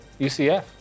UCF